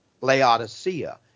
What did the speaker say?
Laodicea